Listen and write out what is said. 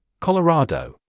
Colorado